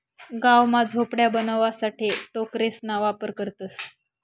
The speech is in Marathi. गाव मा झोपड्या बनवाणासाठे टोकरेसना वापर करतसं